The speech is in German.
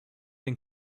den